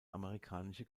amerikanische